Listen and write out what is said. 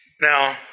Now